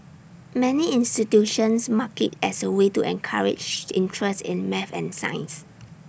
many institutions mark IT as A way to encourage interest in math and science